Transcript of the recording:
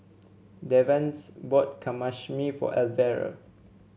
Davante's bought Kamameshi for Elvera